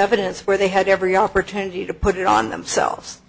evidence where they had every opportunity to put it on themselves